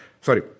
sorry